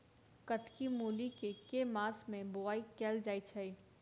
कत्की मूली केँ के मास मे बोवाई कैल जाएँ छैय?